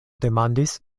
demandis